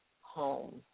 home